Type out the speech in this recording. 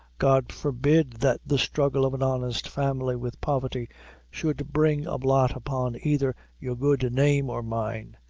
god forbid that the struggle of an honest family with poverty should bring a blot upon either your good name or mine.